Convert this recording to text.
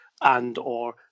and/or